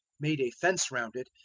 made a fence round it,